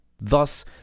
Thus